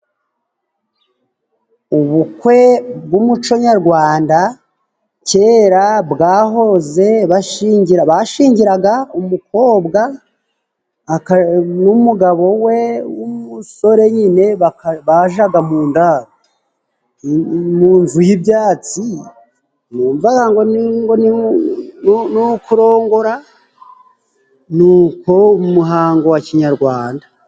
Ubukwe bw'umuco nyarwanda, kera bwahoze bashingira, bashingiraga umukobwa n'umugabo we w'umusore nyine, bajaga mu ndaro. Mu nzu y'ibyatsi numvaga ngo ni ukurongora, ni uko umuhango wa kinyarwanda.